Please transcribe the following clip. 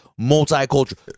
multicultural